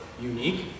unique